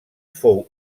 fou